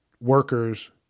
workers